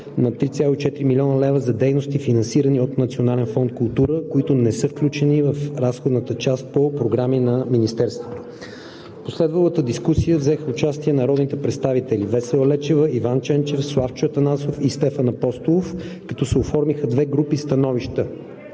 на с 3,4 млн. лв. за дейности, финансирани от Национален фонд „Култура“, които не са включени в разходната част по програми на Министерството. В последвалата дискусия взеха участие народните представители Весела Лечева, Иван Ченчев, Славчо Атанасов и Стефан Апостолов, като се оформиха две групи становища.